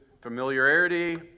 familiarity